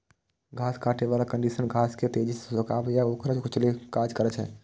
घास काटै बला कंडीशनर घास के तेजी सं सुखाबै आ ओकरा कुचलै के काज करै छै